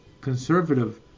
conservative